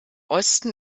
osten